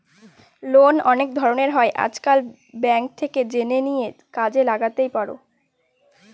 loan অনেক ধরনের হয় আজকাল, ব্যাঙ্ক থেকে জেনে নিয়ে কাজে লাগাতেই পারো